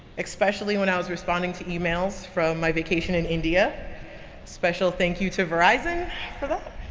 especially when i was responding to emails from my vacation in india special thank you to verizon for that.